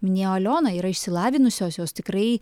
minėjo aliona yra išsilavinusios jos tikrai